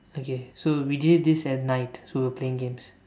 okay so we did this at night so we're playing games